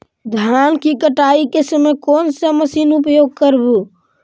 धान की कटाई के समय कोन सा मशीन उपयोग करबू?